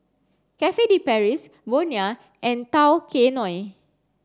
Cafe De Paris Bonia and Tao Kae Noi